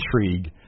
intrigue